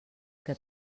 que